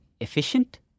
efficient